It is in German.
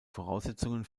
voraussetzungen